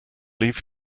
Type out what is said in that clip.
leave